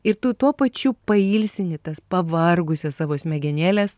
ir tu tuo pačiu pailsini tas pavargusias savo smegenėles